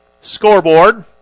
scoreboard